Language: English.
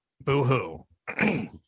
boo-hoo